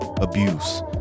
abuse